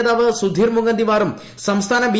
നേതാവ് സുധീർ മുങ്കന്തിവാറും സംസ്ഥാന ബി